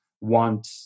want